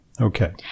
Okay